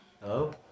Hello